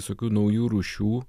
visokių naujų rūšių